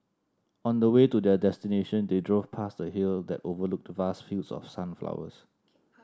on the way to their destination they drove past a hill that overlooked vast fields of sunflowers